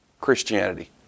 Christianity